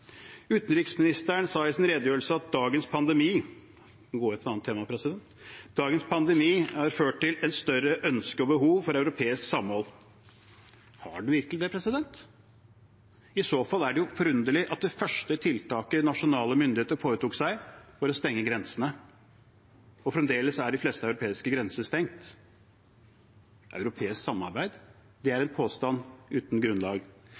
Utenriksministeren sa i sin redegjørelse at dagens pandemi – nå går jeg over til et annet tema – har ført til et større ønske og behov for europeisk samhold. Har det virkelig det? I så fall er det jo forunderlig at det første tiltaket nasjonale myndigheter foretok seg, var å stenge grensene, og fremdeles er de fleste europeiske grenser stengt. Europeisk samarbeid? Det er en påstand uten grunnlag.